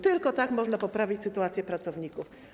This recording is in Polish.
Tylko tak można poprawić sytuację pracowników.